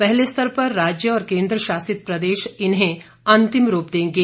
पहले स्तर पर राज्य और केन्द्र शासित प्रदेश इन्हें अंतिम रूप देंगे